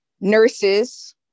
nurses